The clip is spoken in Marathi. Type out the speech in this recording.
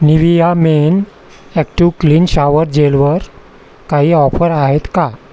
Nivea men active clean shower जेलवर काही ऑफर आहेत का